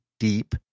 deep